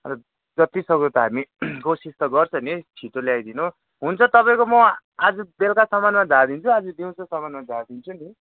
अन्त जत्ति सक्दो त हामी कोसिस त गर्छ नि छिट्टो लियाइदिनु हुन्छ तपाईँको म आज बेलुकासम्ममा झारिदिन्छु नि आज दिउँसोसम्ममा झारिदिन्छु नि